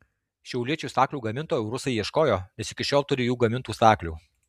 šiauliečių staklių gamintojų rusai ieškojo nes iki šiol turi jų gamintų staklių